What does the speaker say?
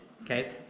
Okay